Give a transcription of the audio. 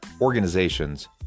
organizations